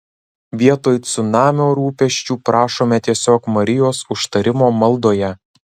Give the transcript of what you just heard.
vietoj cunamio rūpesčių prašome tiesiog marijos užtarimo maldoje